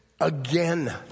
again